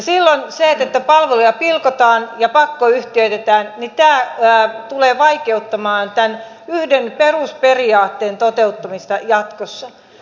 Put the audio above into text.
silloin se että palveluja pilkotaan ja pakkoyhtiöitetään tulee vaikeuttamaan tämän yhden perusperiaatteen toteuttamista jatkossa